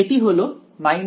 তাই এটি হলো এবং